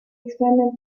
experiment